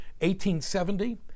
1870